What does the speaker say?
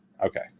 okay